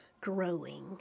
growing